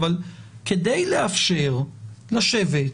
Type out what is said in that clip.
כדי לאפשר לשבת,